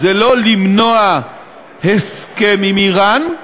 זה לא למנוע הסכם עם איראן,